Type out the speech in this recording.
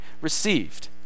received